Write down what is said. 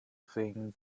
thing